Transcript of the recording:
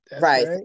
right